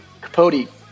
Capote